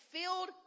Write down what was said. filled